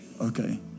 Okay